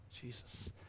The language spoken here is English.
Jesus